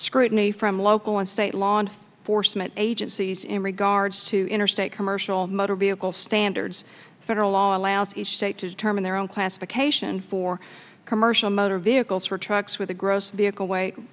scrutiny from local and state law and forstmann agencies in regards to interstate commercial motor vehicle standards federal law allows each state to determine their own classification for commercial motor vehicles for trucks with a gross vehicle weight